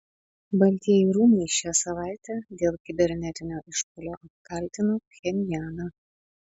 baltieji rūmai šią savaitę dėl kibernetinio išpuolio apkaltino pchenjaną